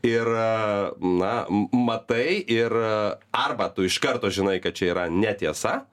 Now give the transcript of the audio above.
ir na matai ir arba tu iš karto žinai kad čia yra netiesa